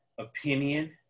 opinion